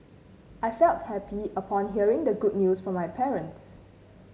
I felt happy upon hearing the good news from my parents